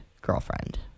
girlfriend